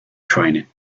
training